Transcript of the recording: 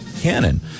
Cannon